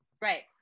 Right